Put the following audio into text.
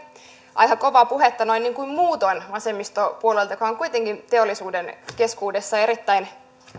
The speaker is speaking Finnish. aika kovaa puhetta noin niin kuin muutoin vasemmiston puolelta joka on kuitenkin teollisuuden keskuudessa erittäin